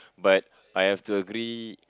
but I have to agree